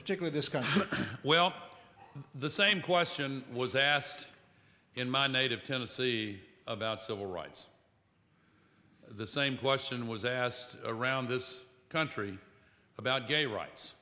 particularly this country well the same question was asked in my native tennessee about civil rights the same question was asked around this country about gay rights